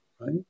right